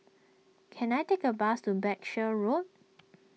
can I take a bus to Berkshire Road